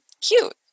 cute